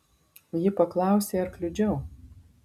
ji paklausė ar kliudžiau